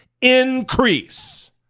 increase